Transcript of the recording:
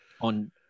on